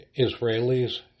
Israelis